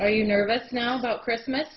are you nervous now about christmas